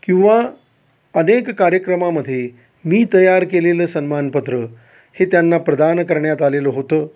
किंवा अनेक कार्यक्रमामध्ये मी तयार केलेलं सन्मानपत्र हे त्यांना प्रदान करण्यात आलेलं होतं